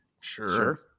Sure